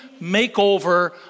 makeover